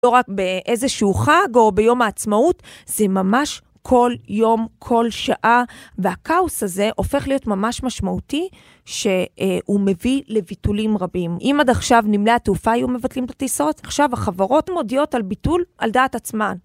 לא רק באיזשהו חג או ביום העצמאות, זה ממש כל יום, כל שעה, והכאוס הזה הופך להיות ממש משמעותי, שהוא מביא לביטולים רבים. אם עד עכשיו נמלי התעופה היו מבטלים את הטיסות, עכשיו החברות מודיעות על ביטול על דעת עצמן.